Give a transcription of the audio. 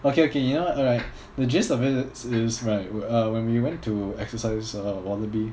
okay okay you know what alright the gist of it is is right uh when we went to exercise uh wallaby